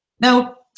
Now